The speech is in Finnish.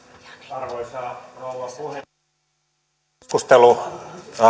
arvoisa rouva puhemies jotta tämä keskustelu